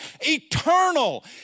eternal